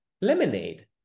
Lemonade